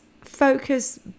focus